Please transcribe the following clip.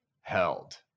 held